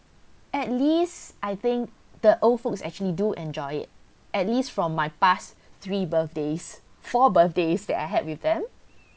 at least I think the old folks actually do enjoy it at least from my pass three birthdays four birthdays that I had with them